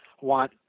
want